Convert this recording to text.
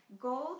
gold